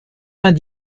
vingt